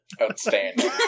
Outstanding